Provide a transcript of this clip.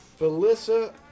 Felissa